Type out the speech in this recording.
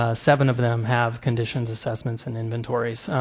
ah seven of them have condition assessments and inventories.